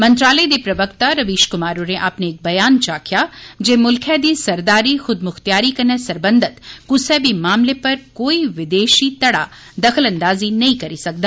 मंत्रालय दे प्रवक्ता रवीश कुमार होरें अपने इक ब्यान च आक्खेया जे म्ल्खै दी सरदारी ख्दम्ख्तयारी कन्नै सरबंधत क्सै बी मामले पर कोई विदेशी पार्टी दखलअंदाजी नेंई करी सकदी